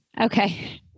okay